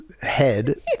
head